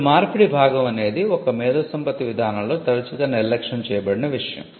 ఇప్పుడు మార్పిడి భాగం అనేది ఒక మేధోసంపత్తి విధానంలో తరచుగా నిర్లక్ష్యం చేయబడిన విషయం